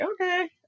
okay